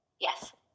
Yes